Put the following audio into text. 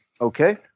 Okay